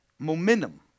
Momentum